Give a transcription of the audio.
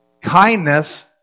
Kindness